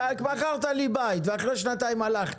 מכרת לי בית ואחרי שנתיים הוא הלך,